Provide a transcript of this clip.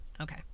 okay